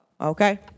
Okay